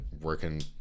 working